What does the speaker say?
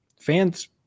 fans